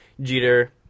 Jeter